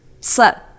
slept